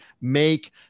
make